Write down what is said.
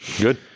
Good